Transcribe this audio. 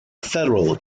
federal